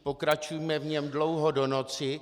Pokračujme v něm dlouho do noci.